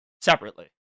separately